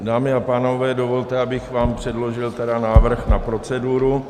Dámy a pánové, dovolte, abych vám předložil tedy návrh na proceduru.